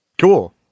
cool